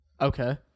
Okay